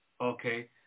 Okay